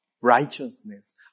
righteousness